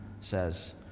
says